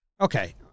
Okay